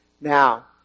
Now